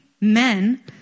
men